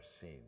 seen